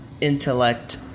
intellect